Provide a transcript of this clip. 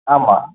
ஆமாம்